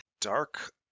dark